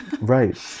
Right